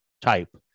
type